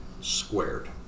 Squared